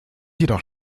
jedoch